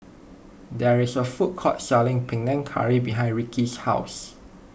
there is a food court selling Panang Curry behind Rickey's house